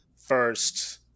first